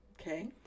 Okay